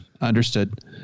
Understood